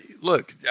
look